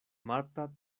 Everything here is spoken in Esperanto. marta